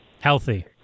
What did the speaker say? healthy